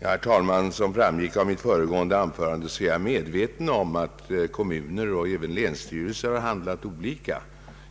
Herr talman! Som framgick av mitt föregående anförande är jag medveten om att kommuner och även länsstyrelser har handlat olika